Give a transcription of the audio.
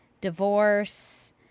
divorce